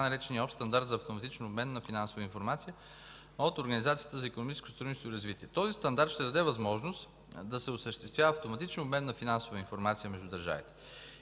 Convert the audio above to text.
наречения „общ стандарт за автоматичен обмен на финансова информация” от Организацията за икономическо сътрудничество и развитие. Този стандарт ще даде възможност да се осъществява автоматичен обмен на финансова информация между държавите.